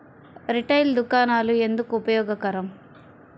Retail దుకాణాలు ఎందుకు ఉపయోగకరం?